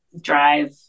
drive